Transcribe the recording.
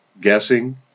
Guessing